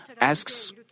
asks